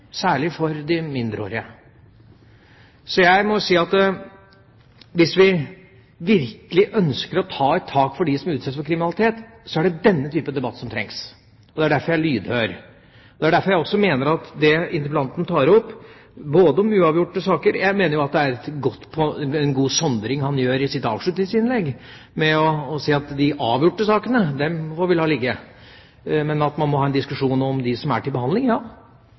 særlig for de mindreårige. Så jeg må si at hvis vi virkelig ønsker å ta et tak for dem som utsettes for kriminalitet, er det denne type debatt som trengs, og det er derfor jeg er lydhør. Det er også derfor jeg mener at det interpellanten tar opp – og jeg mener at det er en god sondring han gjør i sitt avslutningsinnlegg – at de avgjorte sakene må vi la ligge, men vi må ha en diskusjon om dem som er til behandling,